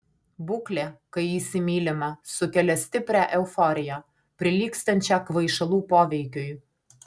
būklė kai įsimylima sukelia stiprią euforiją prilygstančią kvaišalų poveikiui